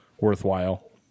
worthwhile